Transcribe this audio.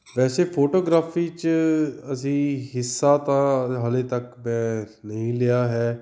ਵੈਸੇ ਫੋਟੋਗ੍ਰਾਫੀ 'ਚ ਅਸੀਂ ਹਿੱਸਾ ਤਾਂ ਹਾਲੇ ਤੱਕ ਮੈਂ ਨਹੀਂ ਲਿਆ ਹੈ